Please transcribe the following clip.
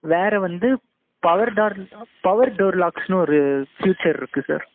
வேறு வந்து power door power door லாக்ஸ்னு ஒரு ஃபியூச்சர் இருக்கு சார்